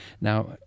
now